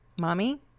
Mommy